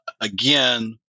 Again